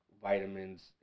vitamins